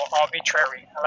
arbitrary